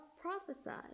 prophesied